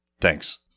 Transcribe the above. Thanks